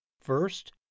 First